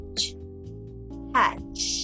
hatch